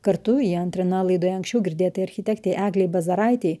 kartu ji antrina laidoje anksčiau girdėtai architektei eglei bazaraitei